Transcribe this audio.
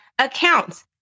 accounts